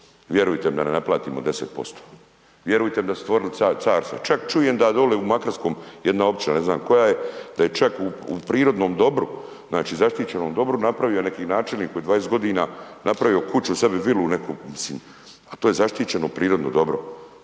Vjerujte mi da ne naplatimo 10%. Vjerujte mi da su stvorili carstva. Čak čujem da dolje u Makarskoj, jedna općina, ne znam koja je, da je čak u prirodnom dobru, znači zaštićenom dobru napravio neki načelnik u 20 godina napravio kuću sebi, vilu neku, mislim a to je zaštićeno prirodno dobro,